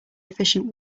efficient